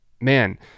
man